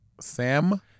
Sam